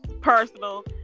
personal